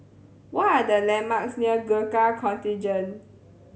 what are the landmarks near Gurkha Contingent